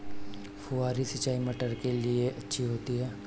फुहारी सिंचाई मटर के लिए अच्छी होती है?